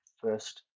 first